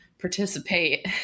participate